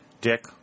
Dick